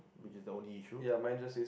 which is the only issue